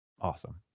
awesome